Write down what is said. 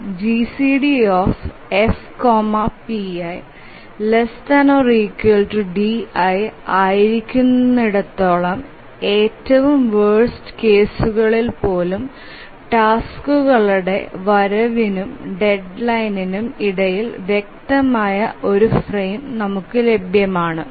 2F GCD F pi ≤ di ആയിരിക്കുന്നിടത്തോളം ഏറ്റവും worst കേസുകളിൽപ്പോലും ടാസ്ക്കുകളുടെ വരവിനും ഡെഡ്ലൈനിനും ഇടയിൽ വ്യക്തമായ ഒരു ഫ്രെയിം നമുക്ക് ലഭ്യമാണ്